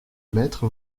mettre